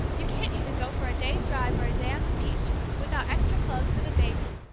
you can't even go for a day's drive or a day on the beach, without extra clothes for the baby,